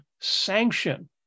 sanction